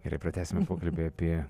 gerai pratęsim pokalbį apie